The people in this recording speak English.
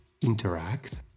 interact